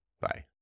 bye